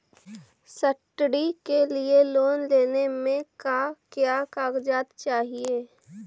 Study के लिये loan लेने मे का क्या कागजात चहोये?